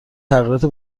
تغییرات